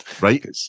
right